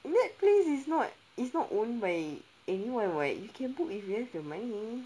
that place is not it's not owned by anyone [what] you can book if you have the money